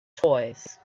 toys